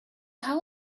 how